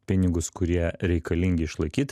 pinigus kurie reikalingi išlaikyt